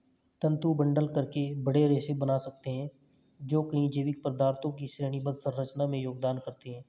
तंतु बंडल करके बड़े रेशे बना सकते हैं जो कई जैविक पदार्थों की श्रेणीबद्ध संरचना में योगदान करते हैं